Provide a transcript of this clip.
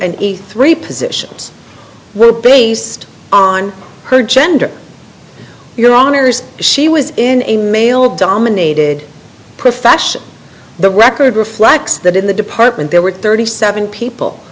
a three positions were based on her gender your honour's she was in a male dominated profession the record reflects that in the department there were thirty seven people